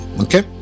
okay